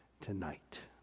tonight